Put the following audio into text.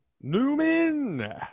Newman